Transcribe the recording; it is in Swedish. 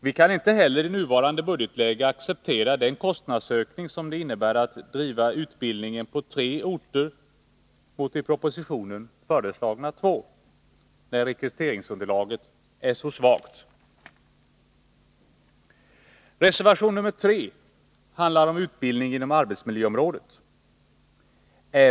Vi kan inte heller i nuvarande budgetläge acceptera den kostnadsökning som det innebär att driva utbildningen på tre orter mot i propositionen föreslagna två när rekryteringsunderlaget är så svagt. Reservation 3 handlar om utbildning inom arbetsmiljöområdet.